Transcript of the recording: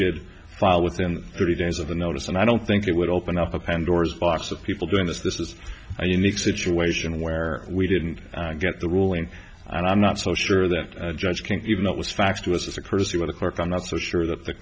did file within thirty days of the notice and i don't think it would open up a pandora's box of people doing this this is a unique situation where we didn't get the ruling and i'm not so sure that judge can't even though it was faxed to us as a courtesy with the clerk i'm not so sure that the